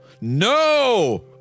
no